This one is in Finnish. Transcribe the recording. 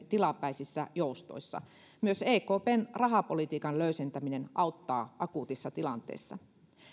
tilapäisissä joustoissa myös ekpn rahapolitiikan löysentäminen auttaa akuutissa tilanteessa